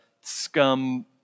scum